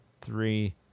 three